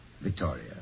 Victoria